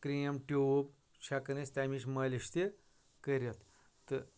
cream tube چھِ ہٮ۪کان أسۍ تَمِچ مٲلِش تہِ کٔرِتھ تہٕ